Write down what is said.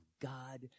God